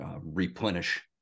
replenish